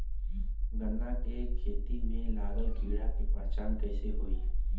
गन्ना के खेती में लागल कीड़ा के पहचान कैसे होयी?